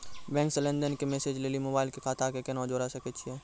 Bank से लेंन देंन के मैसेज लेली मोबाइल के खाता के केना जोड़े सकय छियै?